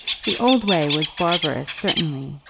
the old way was barbarous certainly,